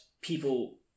people